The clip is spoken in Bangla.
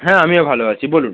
হ্যাঁ আমিও ভালো আছি বলুন